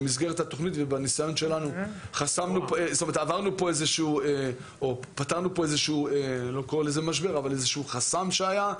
במסגרת התוכנית ובניסיון שלנו פתרנו פה איזשהו חסם שהיה.